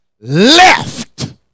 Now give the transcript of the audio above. left